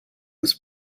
was